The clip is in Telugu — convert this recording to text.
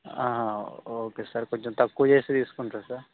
హ ఓకే సార్ కొంచెం తక్కువ చేేసి తీసుకుంటారా సార్